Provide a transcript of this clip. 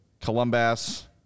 Columbus